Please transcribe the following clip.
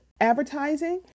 advertising